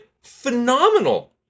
phenomenal